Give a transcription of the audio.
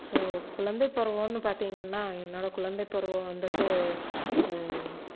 so குழந்தை பருவம்னு பார்த்திங்கன்னா என்னோடய குழந்தை பருவம் வந்துட்டு